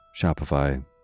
Shopify